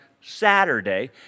Saturday